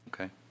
Okay